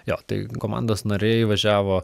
jo tai komandos nariai važiavo